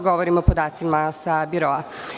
Govorim o podacima sa biroa.